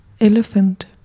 Elephant